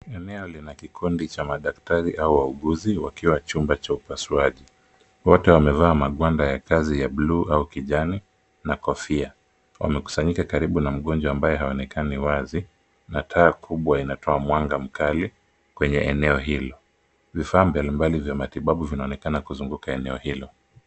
Eneo lina kikundi cha madaktari au wauguzi wakiwa chumba cha upasuaji. Wote wamevaa magwanda ya kazi ya bluu au kijani na kofia .Wamekusanyika karibu na mgonjwa ambaye haonekani wazi na taa kubwa inatoa mwanga mkali kwenye eneo hilo. Vifaa mabalimbali za matibabu vinaonekana kuzunguka eneo hili.